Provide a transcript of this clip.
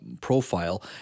profile